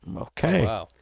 Okay